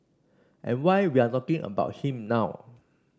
and why we are talking about him now